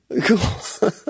Cool